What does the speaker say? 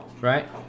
right